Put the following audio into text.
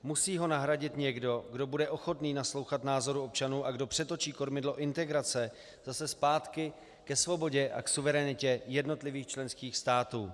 Musí ho nahradit někdo, kdo bude ochotný naslouchat názorům občanů a kdo přetočí kormidlo integrace zase zpátky ke svobodě a k suverenitě jednotlivých členských států.